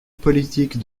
politique